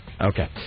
Okay